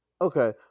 Okay